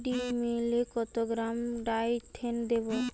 ডিস্মেলে কত গ্রাম ডাইথেন দেবো?